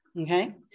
okay